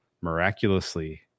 miraculously